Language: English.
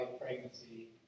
pregnancy